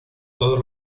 todos